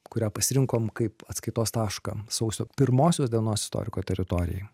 kurią pasirinkom kaip atskaitos tašką sausio pirmosios dienos istoriko teritorijoj